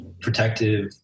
protective